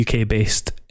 UK-based